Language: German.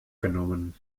genommen